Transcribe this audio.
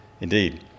Indeed